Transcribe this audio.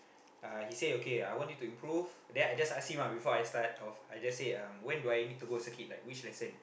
uh he say okay I want you to improve then I just ask him ah before I start off I just say um when do I need to go circuit like which lesson